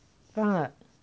放了